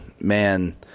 man